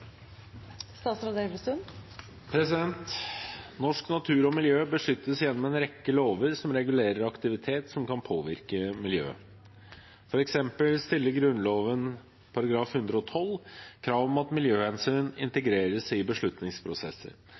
Norsk natur og miljø beskyttes gjennom en rekke lover som regulerer aktivitet som kan påvirke miljøet. For eksempel stiller Grunnloven § 112 krav om at miljøhensyn integreres i beslutningsprosesser,